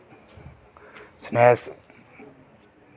snacks